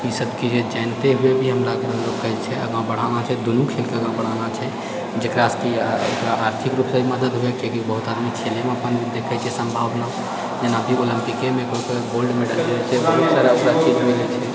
ईसबके जे जानते हुए भी हमरा गाँव लोगकेँ जे छै आगाँ बढ़ाना छै दुनू खेलके आगाँ बढ़ाना छै जेकरासँ कि एकरा आर्थिक रूपे मदद हुए किआकि बहुत आदमी खेलएमे अपन देखै छै सम्भावना जेनाकी ओलम्पिकेमे केओ केओ गोल्ड मेडल लए छै